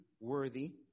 worthy